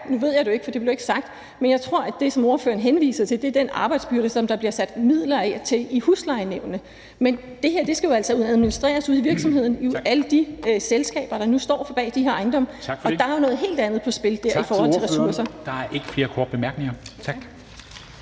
nu ved jeg det jo ikke, for det blev ikke sagt – at det, ordføreren henviser til, er den arbejdsbyrde, som der bliver sat midler af til i huslejenævnene. Men det her skal jo altså administreres ude i virksomheden, altså i alle de selskaber, der nu står bag de her ejendomme. Og dér er der jo noget helt andet på spil i forhold til ressourcer. Kl. 10:46 Formanden (Henrik Dam